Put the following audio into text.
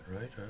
right